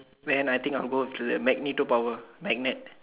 then I think I will go with the magnetic power magnet